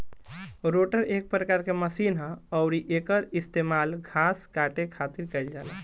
rotor एक प्रकार के मशीन ह अउरी एकर इस्तेमाल घास काटे खातिर कईल जाला